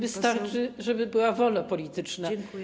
Wystarczy, żeby była wola polityczna.